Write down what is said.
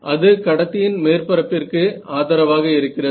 அது கடத்தியின் மேற்பரப்பிற்கு ஆதரவாக இருக்கிறது